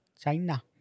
China